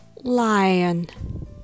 lion